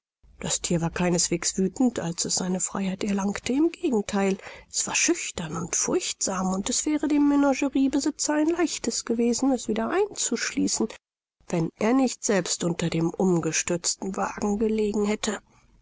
das thier war keineswegs wüthend als es seine freiheit erlangte im gegentheil war es schüchtern und furchtsam und es wäre dem menageriebesitzer ein leichtes gewesen es wieder einzuschließen wenn er nicht selbst unter dem umgestürzten wagen gelegen hätte